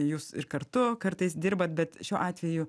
jūs ir kartu kartais dirbat bet šiuo atveju